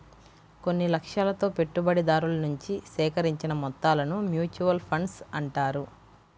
కొన్ని లక్ష్యాలతో పెట్టుబడిదారుల నుంచి సేకరించిన మొత్తాలను మ్యూచువల్ ఫండ్స్ అంటారు